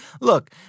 Look